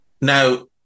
Now